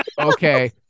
Okay